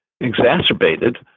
exacerbated